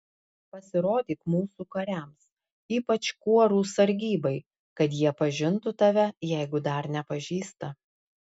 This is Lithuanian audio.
pasirodyk mūsų kariams ypač kuorų sargybai kad jie pažintų tave jeigu dar nepažįsta